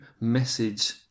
message